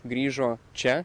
grįžo čia